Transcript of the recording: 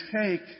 take